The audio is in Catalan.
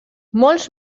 molts